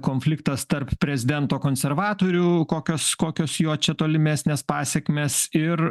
konfliktas tarp prezidento konservatorių kokios kokios jo čia tolimesnės pasekmės ir